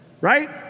right